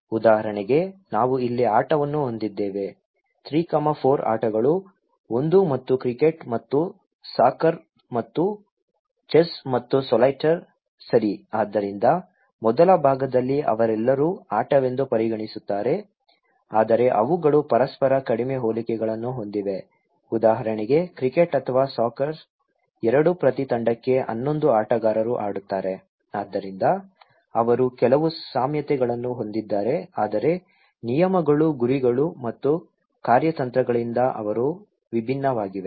ಉದಾಹರಣೆಗೆ ನಾವು ಇಲ್ಲಿ ಆಟವನ್ನು ಹೊಂದಿದ್ದೇವೆ 3 4 ಆಟಗಳು ಒಂದು ಮತ್ತು ಕ್ರಿಕೆಟ್ ಮತ್ತು ಸಾಕರ್ ಮತ್ತು ಚೆಸ್ ಮತ್ತು ಸಾಲಿಟೇರ್ ಸರಿ ಆದ್ದರಿಂದ ಮೊದಲ ಭಾಗದಲ್ಲಿ ಅವರೆಲ್ಲರೂ ಆಟವೆಂದು ಪರಿಗಣಿಸುತ್ತಾರೆ ಆದರೆ ಅವುಗಳು ಪರಸ್ಪರ ಕಡಿಮೆ ಹೋಲಿಕೆಗಳನ್ನು ಹೊಂದಿವೆ ಉದಾಹರಣೆಗೆ ಕ್ರಿಕೆಟ್ ಅಥವಾ ಸಾಕರ್ ಎರಡೂ ಪ್ರತಿ ತಂಡಕ್ಕೆ 11 ಆಟಗಾರರು ಆಡುತ್ತಾರೆ ಆದ್ದರಿಂದ ಅವರು ಕೆಲವು ಸಾಮ್ಯತೆಗಳನ್ನು ಹೊಂದಿದ್ದಾರೆ ಆದರೆ ನಿಯಮಗಳು ಗುರಿಗಳು ಮತ್ತು ಕಾರ್ಯತಂತ್ರಗಳಿಂದ ಅವರು ವಿಭಿನ್ನವಾಗಿವೆ